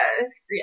Yes